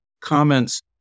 comments